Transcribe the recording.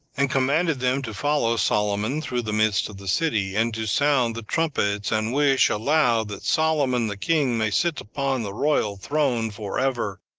and commanded them to follow solomon through the midst of the city, and to sound the trumpets, and wish aloud that solomon the king may sit upon the royal throne for ever,